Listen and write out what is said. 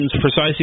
precisely